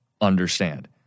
Understand